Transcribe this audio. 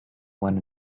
one